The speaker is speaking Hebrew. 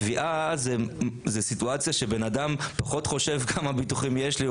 תביעה זה סיטואציה שבן אדם פחות חושב כמה ביטוחים יש לו,